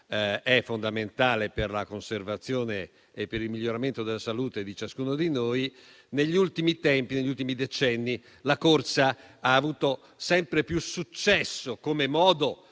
è fondamentale per la conservazione e per il miglioramento della salute di ciascuno di noi. Negli ultimi decenni, la corsa ha avuto sempre più successo come modo